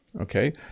okay